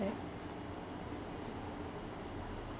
work